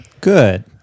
Good